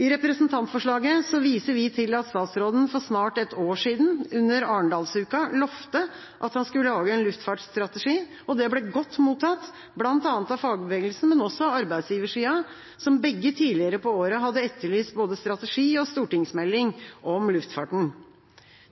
I representantforslaget viser vi til at statsråden for snart et år siden, under Arendalsuka, lovte at han skulle lage en luftfartsstrategi. Det ble godt mottatt, bl.a. av fagbevegelsen, men også av arbeidsgiversida, som begge tidligere på året hadde etterlyst både strategi og stortingsmelding om luftfarten.